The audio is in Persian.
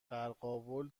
قرقاول